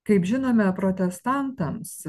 kaip žinome protestantams